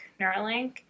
Neuralink